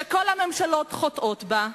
שכל הממשלות חוטאות בה,